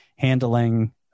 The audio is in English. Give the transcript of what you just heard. handling